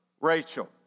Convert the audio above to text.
Rachel